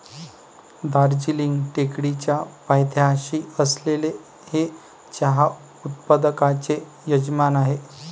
दार्जिलिंग टेकडीच्या पायथ्याशी असलेले हे चहा उत्पादकांचे यजमान आहे